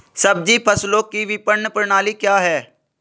सब्जी फसलों की विपणन प्रणाली क्या है?